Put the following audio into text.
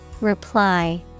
Reply